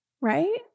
right